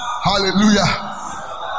Hallelujah